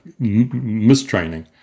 mistraining